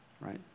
right